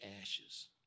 ashes